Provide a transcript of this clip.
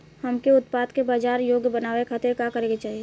हमके उत्पाद के बाजार योग्य बनावे खातिर का करे के चाहीं?